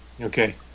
Okay